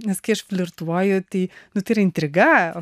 nes kai aš flirtuoju tai nu tai yra intriga o